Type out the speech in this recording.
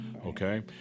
Okay